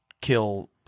kill